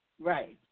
Right